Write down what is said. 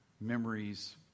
memories